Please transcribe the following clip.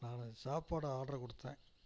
நான் சாப்பாடு ஆட்ரு கொடுத்தேன்